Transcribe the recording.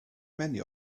many